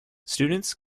students